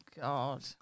God